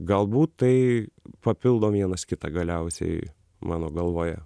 galbūt tai papildo vienas kitą galiausiai mano galvoje